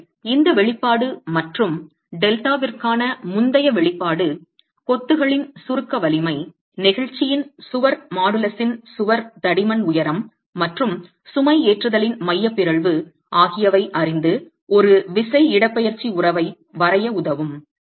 எனவே இந்த வெளிப்பாடு மற்றும் டெல்டாவிற்கான முந்தைய வெளிப்பாடு கொத்துகளின் சுருக்க வலிமை நெகிழ்ச்சியின் சுவர் மாடுலஸின் சுவர் தடிமன் உயரம் மற்றும் சுமைஏற்றுதலின் மைய பிறழ்வு ஆகியவற்றை அறிந்து ஒரு விசை இடப்பெயர்ச்சி உறவை வரைய உதவும்